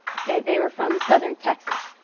they were from southern texas.